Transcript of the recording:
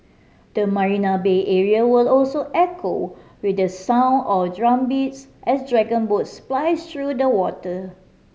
the Marina Bay area will also echo with the sound of drumbeats as dragon boats splice through the water